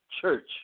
church